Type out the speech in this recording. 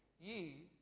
ye